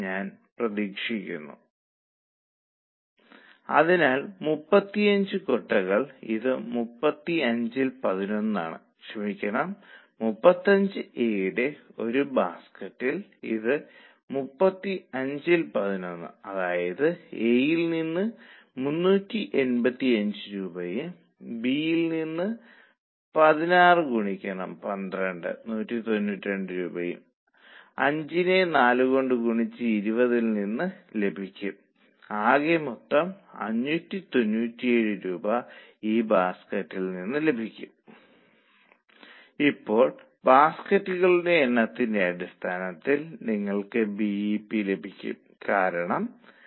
ഞാൻ നിശ്ചിത ചെലവ് 140 ൽ നിന്ന് വർധിപ്പിക്കും ഇപ്പോൾ 168500 ലേക്ക് പോകും കാരണം നമ്മൾ 28500 പരസ്യച്ചെലവ് ചേർക്കും മെറ്റീരിയൽ അധ്വാനം ഓവർഹെഡുകൾ എന്നിവ നിങ്ങൾക്ക് കണക്കാക്കാൻ കഴിയും